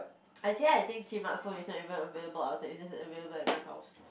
actually I think isn't available outside it's just available in my house